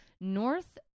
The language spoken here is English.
north